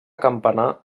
campanar